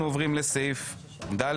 אנחנו עוברים לסעיף ד.